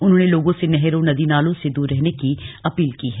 उन्होंने लोगों से नहरों नदी नालों से दूर रहने की अपील की है